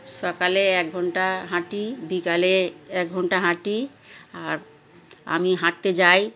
সকালে এক ঘন্টা হাঁটি বিকালে এক ঘন্টা হাঁটি আর আমি হাঁটতে যাই